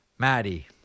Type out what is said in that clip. Maddie